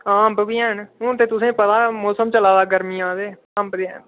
हां अंब बी हैन हून ते तुसेेंगी पता मौसम चलै दा गर्मिये दा ते अंब बी हैन